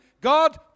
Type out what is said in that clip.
God